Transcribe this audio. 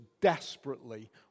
desperately